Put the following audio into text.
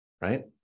right